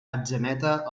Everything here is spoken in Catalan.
atzeneta